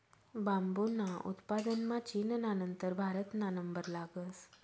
बांबूना उत्पादनमा चीनना नंतर भारतना नंबर लागस